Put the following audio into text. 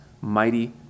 Mighty